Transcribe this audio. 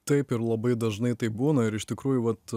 taip ir labai dažnai taip būna ir iš tikrųjų vat